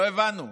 לא הבנו,